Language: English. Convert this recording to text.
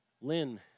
Lynn